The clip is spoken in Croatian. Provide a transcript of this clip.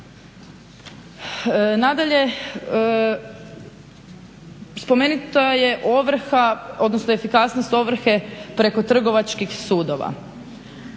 Nadalje, spomenuta je ovrha, odnosno efikasnost ovrhe preko Trgovačkih sudova.